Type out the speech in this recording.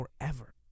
forever